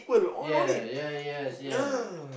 ya ya yes yes